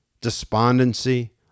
despondency